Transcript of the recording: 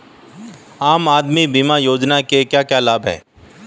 आम आदमी बीमा योजना के क्या लाभ हैं?